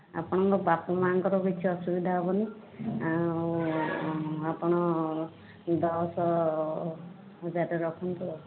ଆପଣଙ୍କ ବାପା ମାଆଙ୍କର କିଛି ଅସୁବିଧା ହେବନି ଆଉ ଆପଣ ଦଶ ହଜାରଟେ ରଖନ୍ତୁ ଆଉ